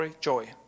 joy